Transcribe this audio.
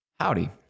Howdy